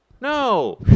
no